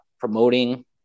promoting